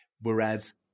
Whereas